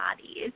bodies